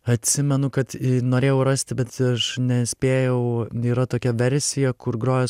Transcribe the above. atsimenu kad norėjau rasti bet aš nespėjau yra tokia versija kur groja